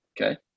okay